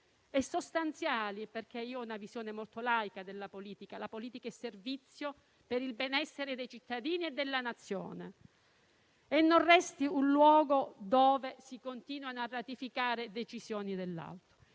e sostanziali - ho una visione molto laica della politica: la politica è servizio per il benessere dei cittadini e della Nazione - e non resti un luogo dove si continuano a ratificare decisioni.